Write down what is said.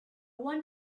want